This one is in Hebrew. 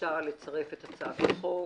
וביקשה לצרף את הצעת החוק,